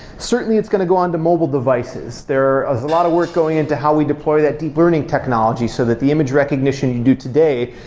certainly it's going to go on to mobile devices. there is a lot of work going into how we deploy that deep learning technology, so that the image recognition you do today,